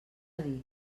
dir